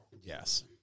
Yes